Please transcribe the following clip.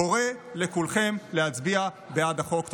אני קורא לכולכם להצביע בעד החוק.